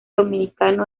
dominicano